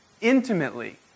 intimately